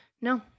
no